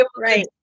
Right